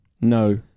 No